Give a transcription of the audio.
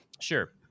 sure